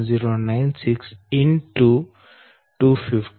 0107096 X 250 2